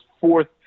fourth